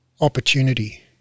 opportunity